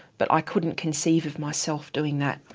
but i couldn't conceive of myself doing that.